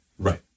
Right